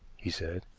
he said.